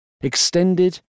Extended